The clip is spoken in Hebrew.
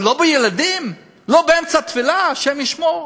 אבל לא בילדים, לא באמצע תפילה, השם ישמור.